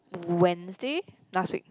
Wednesday last week